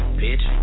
bitch